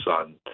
son